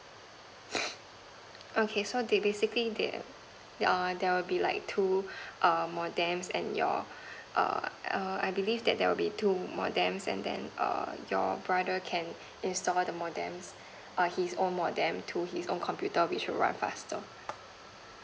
okay so there basically there err there will be like two err modems and your err I believe there will be two modems and then err your brother can install the modem err his own modem to his own computer which will run faster